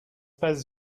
pas